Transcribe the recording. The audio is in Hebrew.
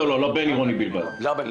מכל הסיבות שהזכירו וגם מסיבות אחרות,